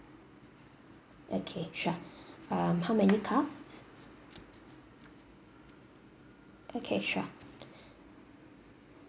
okay sure um how many cups okay sure